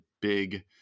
big